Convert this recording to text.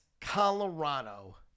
Colorado